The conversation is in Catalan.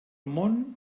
món